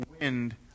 wind